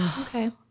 okay